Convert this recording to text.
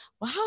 wow